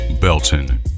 Belton